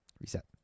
Reset